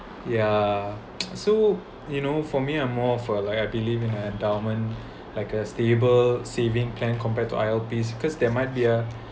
yeah so you know for me I'm more for like I believe in endowment like a stable saving plan compared to I_L_P because there might be a